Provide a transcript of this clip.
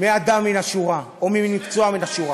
מאדם מן השורה או ממקצוע מן השורה.